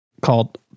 called